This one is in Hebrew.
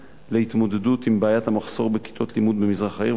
להתמודדות עם בעיית המחסור בכיתות לימוד במזרח העיר.